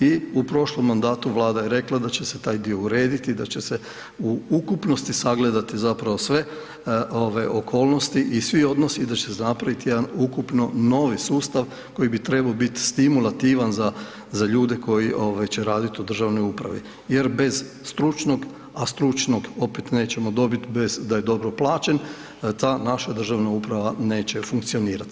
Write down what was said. I u prošlom mandatu Vlada je rekla da će se taj dio urediti, da će se u ukupnosti sagledat zapravo sve okolnosti i svi odnosi i da će napraviti ukupno novi sustav koji bi trebao biti stimulativan za ljude koji će raditi u državnoj upravi jer bez stručnog a stručnog opet nećemo dobiti bez da je dobro plaćen, ta naša državna uprava neće funkcionirati.